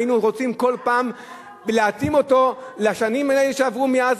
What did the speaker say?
אם היינו רוצים כל פעם להתאים אותן לשנים האלה שעברו מאז,